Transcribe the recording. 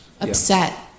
upset